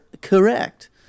correct